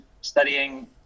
studying